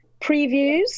Previews